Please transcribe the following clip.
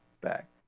back